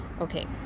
Okay